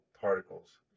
particles